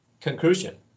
conclusion